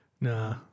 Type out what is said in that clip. Nah